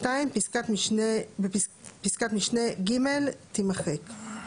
פסקת משנה (ג) - תימחק.